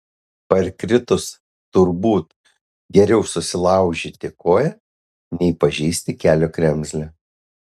parkritus turbūt geriau susilaužyti koją nei pažeisti kelio kremzlę